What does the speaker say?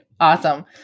Awesome